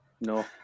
No